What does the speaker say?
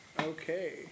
Okay